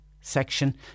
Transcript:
section